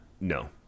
no